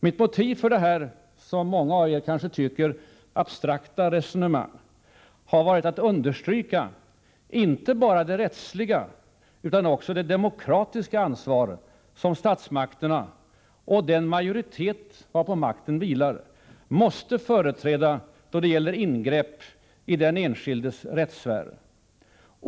Mitt motiv för detta, som många av er kanske tycker, abstrakta resonemang har varit att understryka inte bara det rättsliga utan också det demokratiska ansvar som statsmakterna — och den majoritet varpå makten vilar — måste företräda då det gäller ingrepp i den enskildes rättssfär.